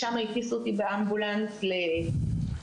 משם הטיסו אותי באמבולנס לבלינסון,